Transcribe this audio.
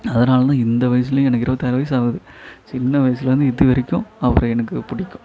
அதனால்தான் இந்த வயசுலேயும் எனக்கு இருபத்தாறு வயது ஆகுது சின்ன வயசுலருந்து இது வரைக்கும் அவரை எனக்கு பிடிக்கும்